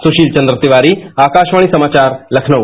सुशील चन्द्र तिवारी आकाशवाणी समाचार लखनऊ